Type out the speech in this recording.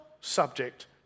subject